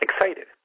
excited